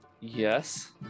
Yes